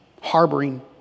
harboring